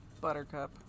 Buttercup